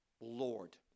Lord